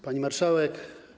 Pani Marszałek!